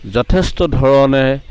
যথেষ্ট ধৰণে